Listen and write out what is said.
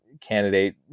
candidate